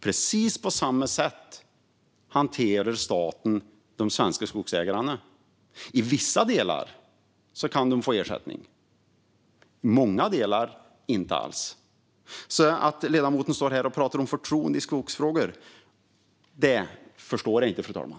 Precis på samma sätt hanterar staten de svenska skogsägarna. I vissa delar kan de få ersättning, men i många delar inte alls. Att ledamoten då står här och pratar om förtroende i skogsfrågor, det förstår jag inte, fru talman.